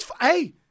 Hey